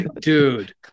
dude